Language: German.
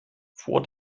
vor